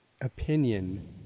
opinion